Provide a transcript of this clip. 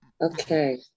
Okay